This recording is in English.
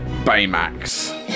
Baymax